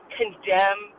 condemn